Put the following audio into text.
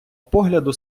погляду